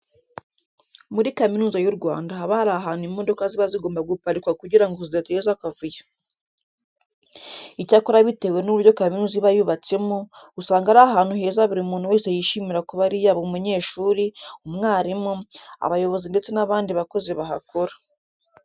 Muri Kaminuza y'u Rwanda haba hari ahantu imodoka ziba zigomba guparikwa kugira ngo zidateza akavuyo. Icyakora bitewe n'uburyo kaminuza iba yubatsemo, usanga ari ahantu heza buri muntu wese yishimira kuba ari yaba umunyeshuri, umwarimu, abayobozi ndetse n'abandi bakozi bahakora.